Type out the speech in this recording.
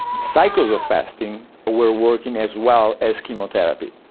cycles of fasting were working as well as chemotherapy.